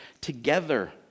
Together